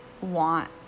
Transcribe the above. want